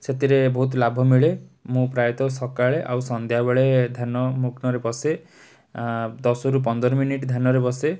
ସେଥିରେ ବହୁତ ଲାଭ ମିଳେ ମୁଁ ପ୍ରାୟତଃ ସକାଳେ ଆଉ ସନ୍ଧ୍ୟାବେଳେ ଧ୍ୟାନ ମଗ୍ନରେ ବସେ ଦଶରୁ ପନ୍ଦର ମିନିଟ୍ ଧ୍ୟାନରେ ବସେ